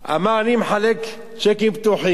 הוא אמר: אני מחלק צ'קים פתוחים,